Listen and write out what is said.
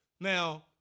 Now